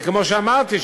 וכמו שאמרתי,